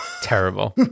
Terrible